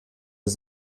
ist